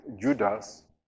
Judas